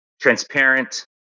transparent